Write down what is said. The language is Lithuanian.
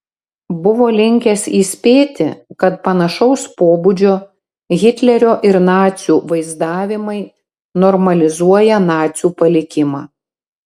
buvo linkęs įspėti kad panašaus pobūdžio hitlerio ir nacių vaizdavimai normalizuoja nacių palikimą